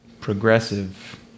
Progressive